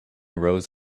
rows